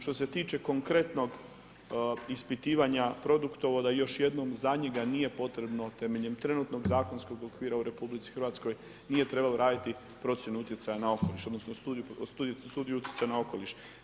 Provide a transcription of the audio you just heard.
Što se tiče konkretnog ispitivanja produktovoda, još jednom za njega nije potrebno temeljem trenutnog zakonskog okvira u RH, nije trebalo raditi procjenu utjecaja na okoliš, odnosno studiju utjecaja na okoliš.